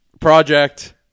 Project